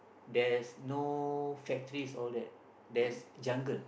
there's no factories all that there's jungle